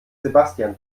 sebastian